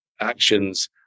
actions